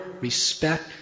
respect